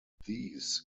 these